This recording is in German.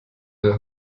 der